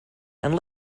and